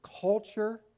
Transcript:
culture